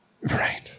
right